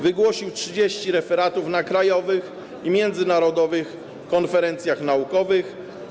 Wygłosił 30 referatów na krajowych i międzynarodowych konferencjach naukowych.